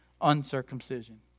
uncircumcision